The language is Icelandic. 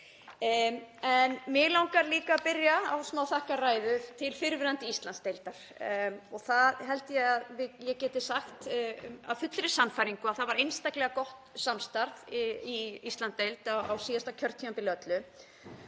Mig langar líka að byrja á smáþakkarræðu til fyrrverandi Íslandsdeildar. Ég held að ég geti sagt það af fullri sannfæringu að það var einstaklega gott samstarf í Íslandsdeild á síðasta kjörtímabili öllu.